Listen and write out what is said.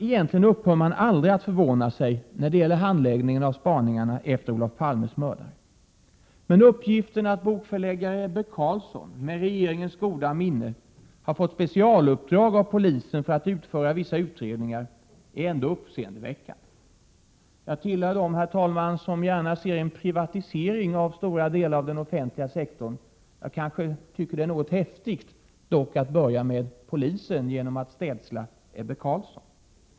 Egentligen upphör man aldrig att förvåna sig när det gäller handläggningen av spaningarna efter Olof Palmes mördare. Men uppgifterna att bokförläggare Ebbe Carlsson, med regeringens goda minne, har fått specialuppdrag av polisen att utföra vissa utredningar är ändå uppseendeväckande. Jag tillhör dem, herr talman, som gärna ser en privatisering av stora delar av den offentliga sektorn, men jag tycker nog att det är väl häftigt att börja med polisen genom att städsla Ebbe Carlsson.